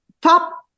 top